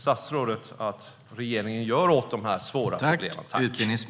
Vad gör regeringen åt dessa svåra problem?